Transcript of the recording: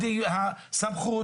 הסמכות